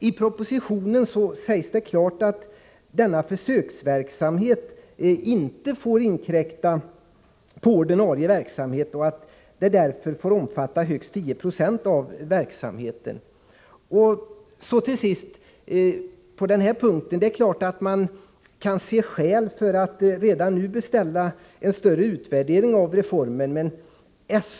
I propositionen sägs det klart att denna försöksverksamhet inte får inkräkta på ordinarie verksamhet och att den får omfatta högst 10 20 av verksamheten. Till sist kan man naturligtvis tycka att det finns skäl för att redan nu beställa en större utvärdering av reformen.